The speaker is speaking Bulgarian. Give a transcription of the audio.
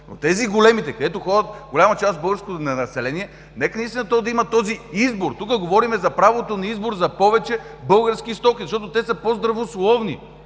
но тези, големите, където ходи голяма част от българското население нека наистина, то да има този избор – тук говорим за правото на избор за повече български стоки, защото те са по-здравословни.